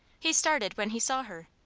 he started when he saw her,